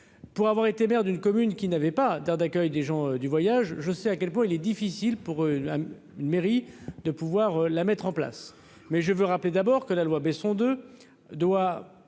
pour avoir été maire d'une commune qui n'avait pas d'aire d'accueil des gens du voyage, je sais à quel point il est difficile pour la mairie de pouvoir la mettre en place, mais je veux rappeler d'abord que la loi Besson de doit